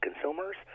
consumers